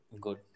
Good